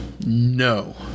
no